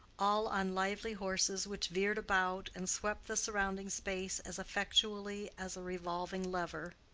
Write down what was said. all on lively horses which veered about and swept the surrounding space as effectually as a revolving lever.